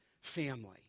family